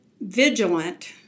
vigilant